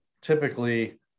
typically